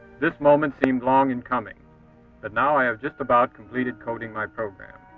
this moment seemed long in coming but now i have just about completed coding my program.